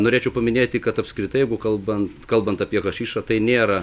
norėčiau paminėti kad apskritai kalbant kalbant apie hašišą tai nėra